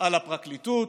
על הפרקליטות,